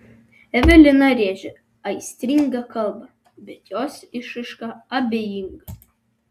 evelina rėžia aistringą kalbą bet jos išraiška abejinga